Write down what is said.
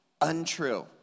untrue